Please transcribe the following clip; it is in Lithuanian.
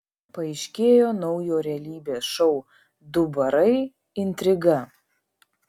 paaiškėjo naujo realybės šou du barai intriga